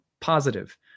positive